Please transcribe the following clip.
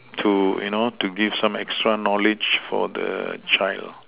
to you know to give some extra knowledge for the child